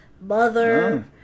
mother